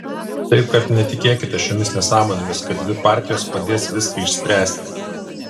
taip kad netikėkite šiomis nesąmonėmis kad dvi partijos padės viską išspręsti